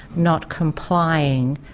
not complying,